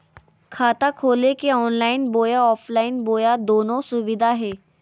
खाता खोले के ऑनलाइन बोया ऑफलाइन बोया दोनो सुविधा है?